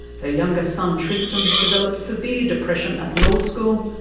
her youngest son tristan developed severe depression at law school,